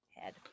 head